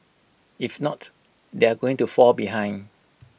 if not they are going to fall behind